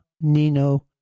Nino